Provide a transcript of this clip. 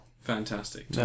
fantastic